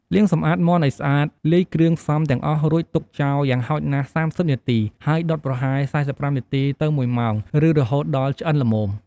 លាងសម្អាតមាន់ឱ្យស្អាត លាយគ្រឿងផ្សំទាំងអស់រួចទុកចោលយ៉ាងហោចណាស់ ៣០ នាទី ហើយដុតប្រហែល ៤៥ នាទី ទៅ ១ ម៉ោង ឬរហូតដល់ឆ្អិនល្មម។